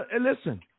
listen